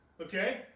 Okay